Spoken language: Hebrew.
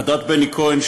ועדת בני כהן,